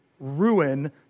ruin